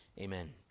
Amen